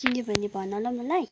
किन्यो भने भन ल मलाई